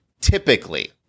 Typically